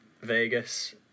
Vegas